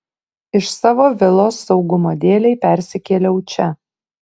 iš savo vilos saugumo dėlei persikėliau į čia